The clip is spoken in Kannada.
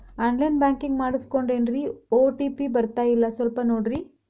ಆನ್ ಲೈನ್ ಬ್ಯಾಂಕಿಂಗ್ ಮಾಡಿಸ್ಕೊಂಡೇನ್ರಿ ಓ.ಟಿ.ಪಿ ಬರ್ತಾಯಿಲ್ಲ ಸ್ವಲ್ಪ ನೋಡ್ರಿ